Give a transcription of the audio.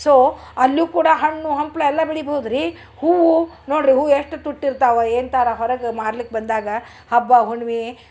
so ಅಲ್ಲು ಕೂಡ ಹಣ್ಣು ಹಂಪಲು ಎಲ್ಲ ಬೆಳಿಬೌದ್ರಿ ಹೂವು ನೋಡ್ರಿ ಹೂ ಎಷ್ಟು ತುಟ್ ಇರ್ತಾವ ಎಂತಾರ ಹೊರಗೆ ಮಾರ್ಲಿಕ್ಕೆ ಬಂದಾಗ ಹಬ್ಬ ಹುಣ್ಣಿಮೆ